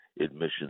admissions